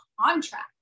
contract